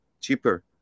cheaper